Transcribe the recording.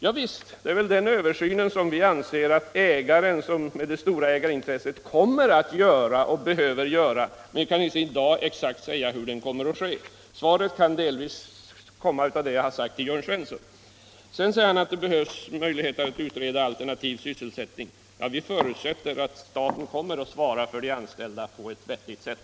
Javisst, det är den översynen vi anser att ägaren med det stora ägarintresset behöver göra och kommer att göra, men man kan inte i dag säga exakt hur den kommer att ske. Mitt svar kan delvis framgå av det jag har sagt till Jörn Svensson. Sedan säger herr Sjönell att det behövs möjlighet att utreda alternativ sysselsättning. Ja, vi förutsätter att staten kommer att svara för de anställda på ett vettigt sätt.